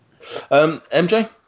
MJ